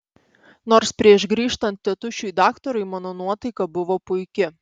nors prieš grįžtant tėtušiui daktarui mano nuotaika buvo puiki